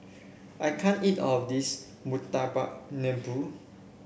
I can't eat all of this Murtabak Lembu